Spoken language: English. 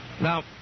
Now